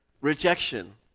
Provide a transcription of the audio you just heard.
Rejection